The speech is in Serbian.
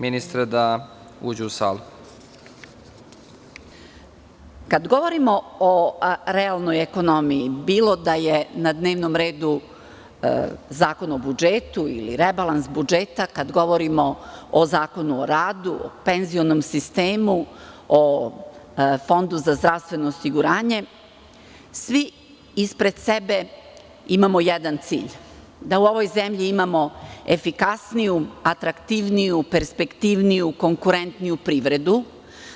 Uvaženi predsedniče Narodne skupštine, poštovane dame i gospodo narodni poslanici, kada govorimo o realnoj ekonomiji, bilo da je na dnevnom redu Zakon o budžetu ili rebalans budžeta, kada govorimo o Zakonu o radu, o penzionom sistemu, o Fondu za zdravstveno osiguranje, svi ispred sebe imamo jedan cilj, da u ovoj zemlji imamo efikasniju, atraktivniju, perspektivniju, konkurentniju privredu